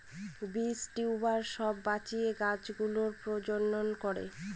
বীজ, টিউবার সব বাঁচিয়ে গাছ গুলোর প্রজনন করে